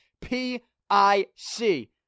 P-I-C